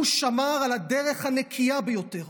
הוא שמר על הדרך הנקייה ביותר,